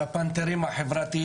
פעיל חברתי בפנתרים החברתיים.